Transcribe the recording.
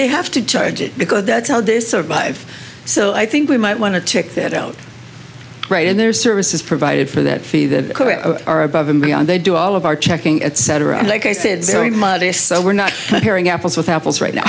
they have to charge it because that's how they survive so i think we might want to tick that out right and there are services provided for that fee that are above and beyond they do all of our checking at cetera like i said very modest so we're not hearing apples with apples right now